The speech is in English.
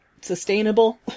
sustainable